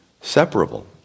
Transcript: separable